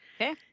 okay